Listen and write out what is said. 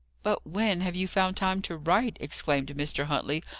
but when have you found time to write? exclaimed mr. huntley,